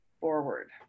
forward